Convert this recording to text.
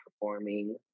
performing